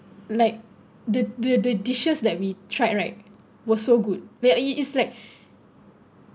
like the the the dishes that we tried right were so good where it it's like